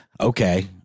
okay